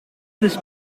this